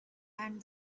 and